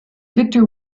victor